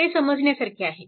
ते समजण्यासारखे आहे